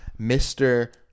Mr